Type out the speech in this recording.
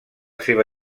seva